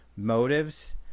motives